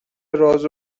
راز